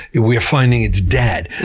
we are finding it's dad.